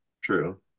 True